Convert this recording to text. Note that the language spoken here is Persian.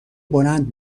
بلند